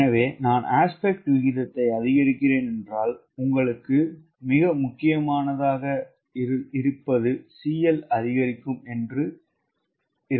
எனவே நான் அஸ்பெக்ட் விகிதம் அதிகரிக்கிறேன் என்றால் உங்களுக்கு மிக முக்கியமானதாக இருந்தால் CL அதிகரிக்கும் என்று எதிர்பார்க்கிறேன்